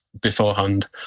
beforehand